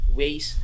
ways